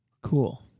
Cool